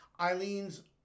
Eileen's